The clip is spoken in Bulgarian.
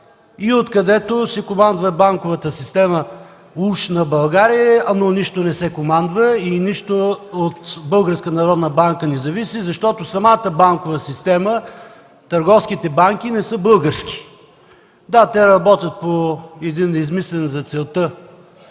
и откъдето се командва банковата система уж на България, но нищо не се командва и нищо не зависи от Българската народна банка, защото самата банкова система, търговските банки не са български. Да, те работят по един измислен за целта